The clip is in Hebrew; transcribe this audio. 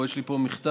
יש לי פה מכתב